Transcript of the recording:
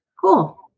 Cool